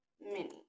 Mini